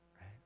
Right